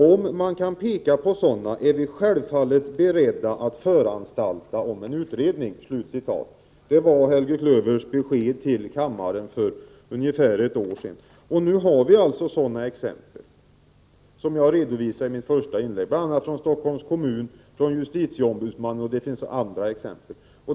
Om man kan peka på sådana är vi självfallet beredda att föranstalta om en utredning.” — Det var Helge Klövers besked till kammaren för ungefär ett år sedan. Nu har vi, som jag redovisade i mitt första inlägg, alltså sådana exempel, bl.a. från Stockholms kommun och från justitieombudsmannen.